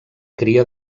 cria